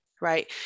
right